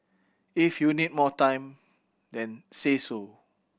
if you need more time then say so